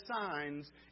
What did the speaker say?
signs